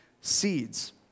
seeds